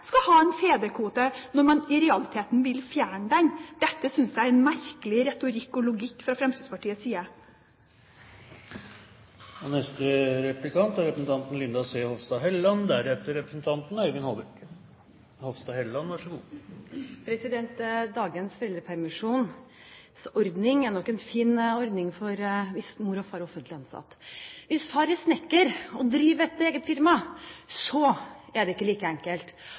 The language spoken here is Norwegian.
skal ha en fedrekvote, når man i realiteten vil fjerne den? Dette synes jeg er en merkelig retorikk og logikk fra Fremskrittspartiets side. Dagens foreldrepermisjonsordning er nok en fin ordning hvis mor og far er offentlig ansatt. Hvis far er snekker og driver et eget firma, så er det ikke like enkelt,